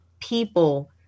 people